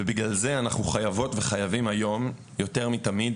ובגלל זה אנחנו חייבות וחייבים היום יותר מתמיד